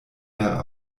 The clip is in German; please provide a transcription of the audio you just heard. der